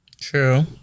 True